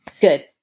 good